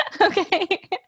Okay